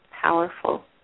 powerful